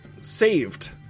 saved